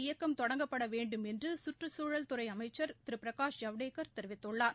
இயக்கம் தொடங்கப்பட வேண்டுமென்று கற்றுக்குழல் துறை அமைச்சர் திரு பிரகாஷ் ஜவடேக்கர் தெரிவித்துள்ளார்